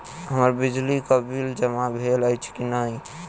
हम्मर बिजली कऽ बिल जमा भेल अछि की नहि?